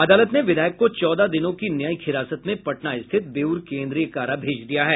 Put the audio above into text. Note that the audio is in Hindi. अदालत ने विधायक को चौदह दिनों की न्यायिक हिरासत में पटना स्थित बेऊर केन्द्रीय कारा भेज दिया है